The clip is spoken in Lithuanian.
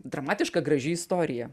dramatiška graži istorija